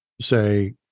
say